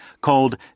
called